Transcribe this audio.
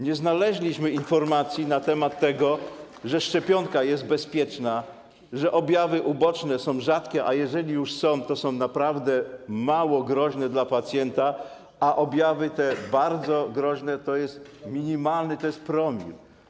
Nie znaleźliśmy informacji na temat tego, że szczepionka jest bezpieczna, że objawy uboczne są rzadkie, a jeżeli już są, to są naprawdę mało groźne dla pacjenta, a bardzo groźne objawy to jest promil.